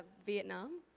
vietnam?